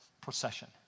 procession